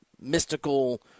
mystical